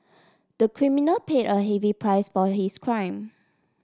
the criminal paid a heavy price for his crime